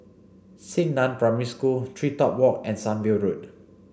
Xingnan Primary School TreeTop Walk and Sunview Road